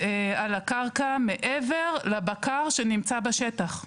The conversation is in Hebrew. על הקרקע מעבר לבקר שנמצא בשטח.